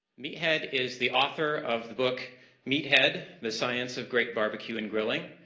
meathead is the author of the book meathead the science of great barbecue and grilling,